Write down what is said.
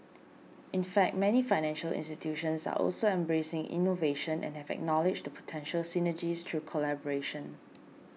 in fact many financial institutions are also embracing innovation and have acknowledged the potential synergies through collaboration